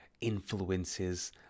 influences